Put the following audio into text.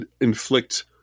inflict